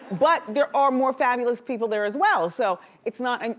but there are more fabulous people there as well, so it's not, and